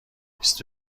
بیست